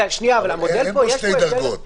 אין פה שתי דרגות.